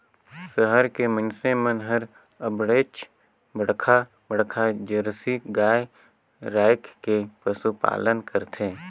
सहर के मइनसे मन हर अबड़ेच बड़खा बड़खा जरसी गाय रायख के पसुपालन करथे